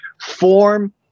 form